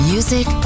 Music